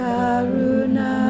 Karuna